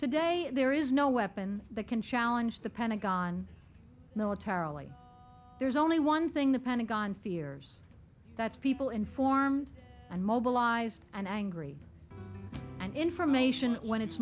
today there is no weapon that can challenge the pentagon militarily there's only one thing the pentagon fears that's people informed and mobilized and angry and information when it's